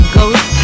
Ghost